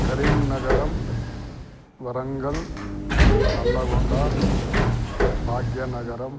करीं नगरं वरङ्गल् नल्लगोण्डा भाग्यनगरम्